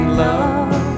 love